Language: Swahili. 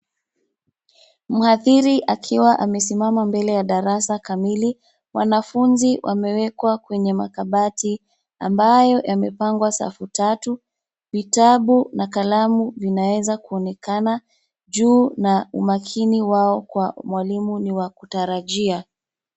Mhadhiri akiwa amesimama mbele ya darasa kamili. Wanafunzi wamewekwa kenye makabati ambayo yamepangwa safu tatu. Vitabu na kalamu zinaweza kuonekana juu na umakini wao kwa mwalimu ni wa kutarajia.